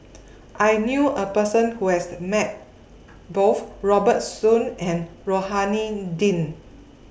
I knew A Person Who has Met Both Robert Soon and Rohani Din